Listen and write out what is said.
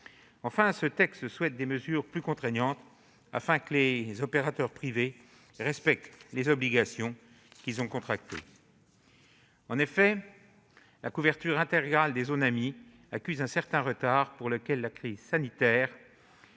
de ce texte souhaitent des mesures plus contraignantes afin que les opérateurs privés respectent les obligations qu'ils ont contractées. La couverture intégrale des zones AMII accuse en effet un certain retard pour lequel la crise sanitaire